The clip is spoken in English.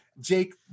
Jake